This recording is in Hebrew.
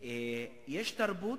יש תרבות,